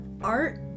art